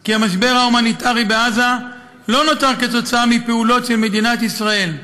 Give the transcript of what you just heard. כי המשבר ההומניטרי בעזה לא נוצר בשל פעולות של מדינת ישראל,